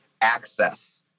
access